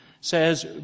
says